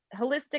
holistic